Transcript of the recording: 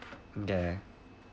there